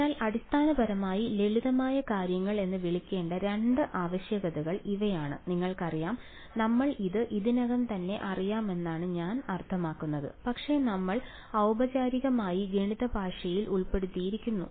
അതിനാൽ അടിസ്ഥാനപരമായി ലളിതമായ കാര്യങ്ങൾ എന്ന് വിളിക്കേണ്ട രണ്ട് ആവശ്യകതകൾ ഇവയാണ് നിങ്ങൾക്കറിയാം നമ്മൾ ഇത് ഇതിനകം തന്നെ അറിയാമെന്നാണ് ഞാൻ അർത്ഥമാക്കുന്നത് പക്ഷേ നമ്മൾ ഔപചാരികമായി ഗണിത ഭാഷയിൽ ഉൾപ്പെടുത്തിയിരിക്കുന്നു